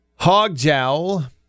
Hogjowl